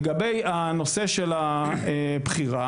לגבי נושא הבחירה,